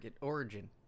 origin